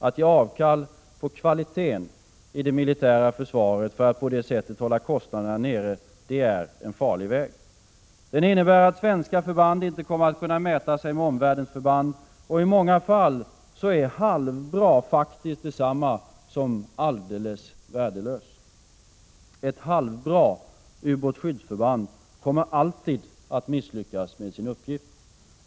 Att ge avkall på kvaliteten i det militära försvaret för att på det sättet hålla kostnaderna nere är en farlig väg. Den innebär att svenska förband inte kommer att kunna mäta sig med omvärldens förband. I många fall är halvbra faktiskt detsamma som alldeles värdelös. Ett halvbra ubåtsskyddsförband kommer alltid att misslyckas med sin uppgift.